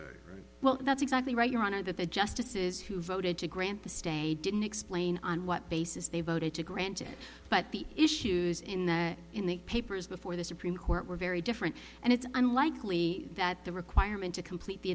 wrong well that's exactly right your honor that the justices who voted to grant the stay didn't explain on what basis they voted to grant it but the issues in the in the papers before the supreme court were very different and it's unlikely that the requirement to complete the